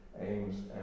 aims